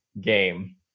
game